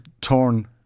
Torn